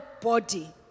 body